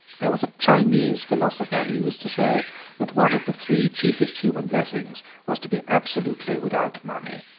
there was a chinese philosopher who used to say that one of the three chiefest human blessings was to be absolutely without money.